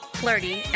flirty